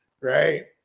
Right